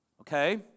Okay